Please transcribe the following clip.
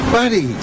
Buddy